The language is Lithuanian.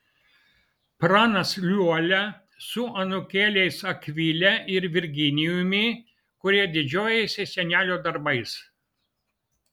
pranas liuolia su anūkėliais akvile ir virginijumi kurie didžiuojasi senelio darbais